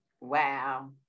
wow